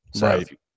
Right